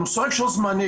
המושג 'זמני',